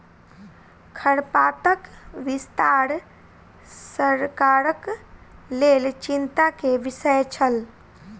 खरपातक विस्तार सरकारक लेल चिंता के विषय छल